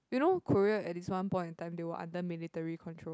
you know Korea at this one point in time they were under military control